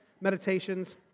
meditations